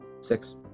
Six